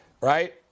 right